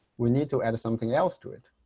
we need to add something else to it.